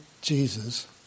Jesus